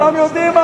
כולם יודעים,